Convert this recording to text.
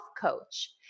coach